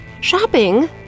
shopping